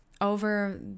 Over